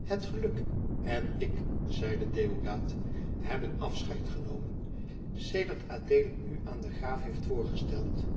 het geluk en ik zeide deodaat hebben afscheid genomen sedert adeelen u aan den graaf heeft voorgesteld